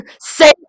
Say